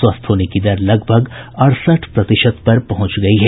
स्वस्थ होने की दर लगभग अड़सठ प्रतिशत पर पहुंच गयी है